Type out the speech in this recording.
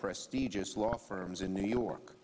prestigious law firms in new york